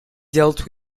dealt